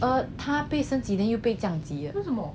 err 他被升级 then 又被降级